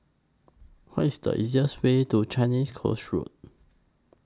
What IS The easiest Way to Changi Coast Road